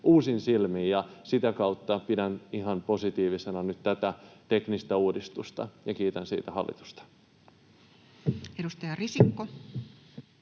uusin silmin, ja sitä kautta pidän ihan positiivisena nyt tätä teknistä uudistusta ja kiitän siitä hallitusta. [Speech 15]